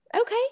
Okay